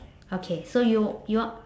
okay so you you wan~